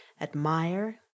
admire